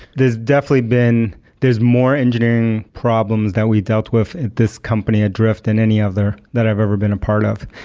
there's definitely been there's more engineering problems that we dealt with at this company at drift than any other that i've ever been a part of.